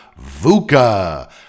VUCA